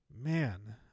Man